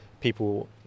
people